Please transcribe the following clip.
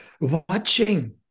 watching